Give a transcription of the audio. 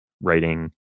writing